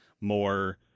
more